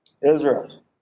Israel